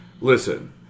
listen